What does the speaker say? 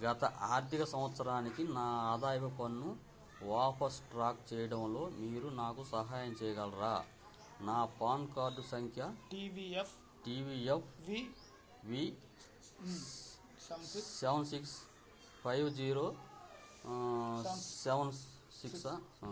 గత ఆర్థిక సంవత్సరానికి నా ఆదాయపు పన్ను వాపసు ట్రాక్ చేయడంలో మీరు నాకు సహాయం చేయగలరా నా పాన్ కార్డు సంఖ్య TVFV seven six five zero seven six